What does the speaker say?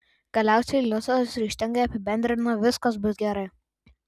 galiausiai luisas ryžtingai apibendrina viskas bus gerai